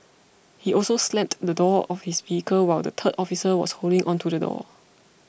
he also slammed the door of his vehicle while the third officer was holding onto the door